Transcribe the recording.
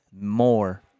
more